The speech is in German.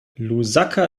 lusaka